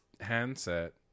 handset